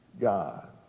God